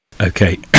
Okay